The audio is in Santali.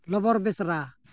ᱞᱚᱵᱚᱨ ᱵᱮᱥᱨᱟ